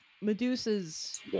Medusa's